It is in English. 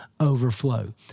overflow